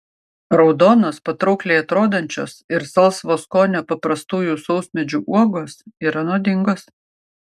raudonos patraukliai atrodančios ir salsvo skonio paprastųjų sausmedžių uogos yra nuodingos